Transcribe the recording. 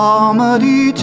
Comedy